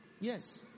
Yes